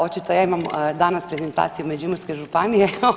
Očito ja imam danas prezentaciju Međimurske županije.